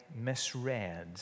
misread